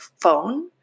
phone